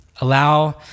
allow